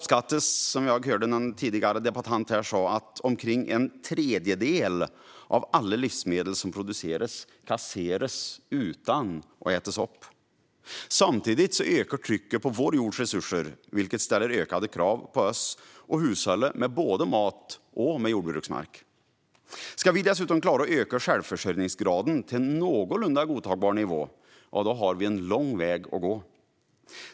Som jag hörde en tidigare debattör säga uppskattas det att omkring en tredjedel av alla livsmedel som produceras kasseras utan att ätas upp. Samtidigt ökar trycket på vår jords resurser, vilket ställer ökade krav på oss att hushålla med både mat och jordbruksmark. Ska vi dessutom klara att öka självförsörjningsgraden till en någorlunda godtagbar nivå har vi en lång väg att gå.